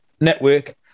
Network